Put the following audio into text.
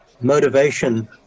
motivation